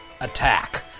attack